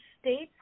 states